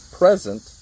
present